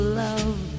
love